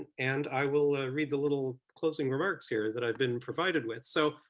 and and i will read the little closing remarks here that i've been provided with. so,